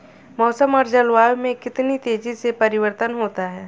मौसम और जलवायु में कितनी तेजी से परिवर्तन होता है?